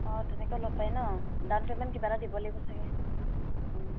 অঁ তেনেকৈ ল'ব পাৰি নহ্ ডাউন পে'মেণ্ট কিবা এটা দিব লাগিব চাগে অঁ